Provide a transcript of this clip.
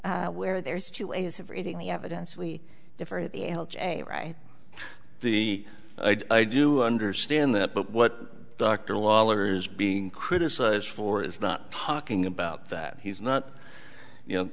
way where there's two ways of reading the evidence we differ at the right the i do understand that but what dr lawler is being criticized for is not parking about that he's not you know